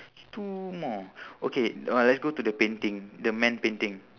two more okay uh let's go to the painting the man painting